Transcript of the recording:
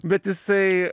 bet jisai